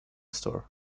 store